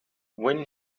when